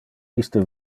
iste